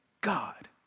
God